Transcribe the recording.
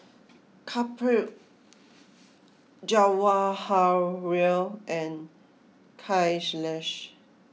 Kapil Jawaharlal and Kailash